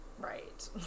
Right